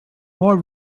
more